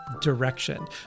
direction